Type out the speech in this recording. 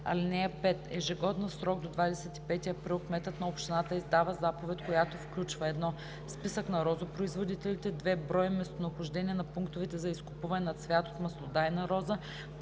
(5) Ежегодно в срок до 25 април кметът на общината издава заповед, която включва: 1. списък на розопроизводителите; 2. брой и местонахождение на пунктовете за изкупуване на цвят от маслодайна роза;